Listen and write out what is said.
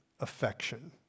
affection